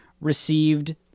received